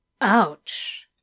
ouch